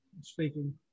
Speaking